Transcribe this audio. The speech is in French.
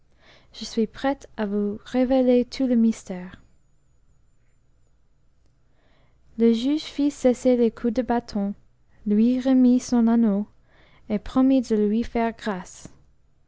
je suis prêt à vous révéler tout le mystère le juge fit cesser les coups de bâton lui remit son anneau et promit de lui faire grâce